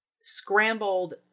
scrambled